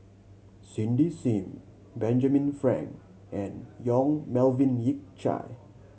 Cindy Sim Benjamin Frank and Yong Melvin Yik Chye